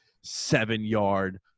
seven-yard